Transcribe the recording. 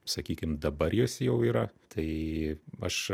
sakykim dabar jis jau yra tai aš